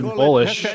bullish